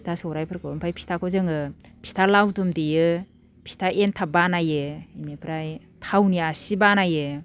फिथा सौराइफोरखौ ओमफ्राय फिथाखौ जोङो फिथा लावदुम देयो फिथा एन्थाब बानायो इनिफ्राय थावनि आसि बानायो